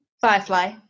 Firefly